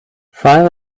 five